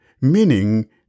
Meaning